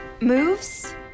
Moves